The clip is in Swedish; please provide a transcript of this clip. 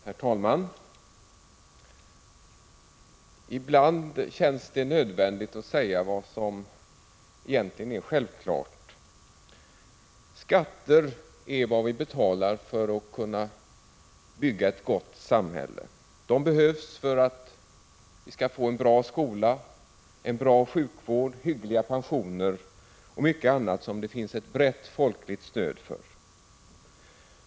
Herr talman! Ibland känns det nödvändigt att säga vad som egentligen är självklart. Skatter är vad vi betalar för att kunna bygga ett gott samhälle. De behövs för att vi skall få en bra skola, en bra sjukvård, hyggliga pensioner och mycket annat som det finns ett brett folkligt stöd för.